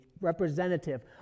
representative